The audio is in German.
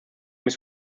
ist